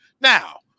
now